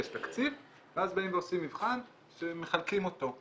יש תקציב ואז באים ועושים מבחן שמחלקים אותו.